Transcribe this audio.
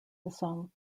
song